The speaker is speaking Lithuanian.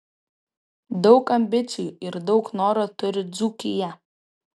daug ambicijų ir daug noro turi dzūkija